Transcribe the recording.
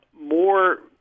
more